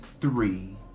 three